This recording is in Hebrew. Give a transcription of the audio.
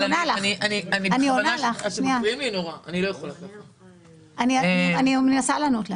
אני מנסה לענות לך.